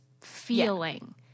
feeling